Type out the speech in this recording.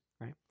right